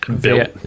built